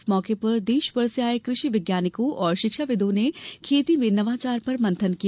इस मौके पर देश भर से आए कृषि विज्ञानकों और शिक्षाविदो ने खेती में नवाचार पर मंथन किया